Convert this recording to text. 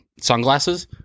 sunglasses